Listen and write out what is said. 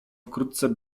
wkrótce